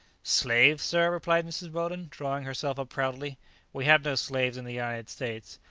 slaves! sir, replied mrs. weldon, drawing herself up proudly we have no slaves in the united states.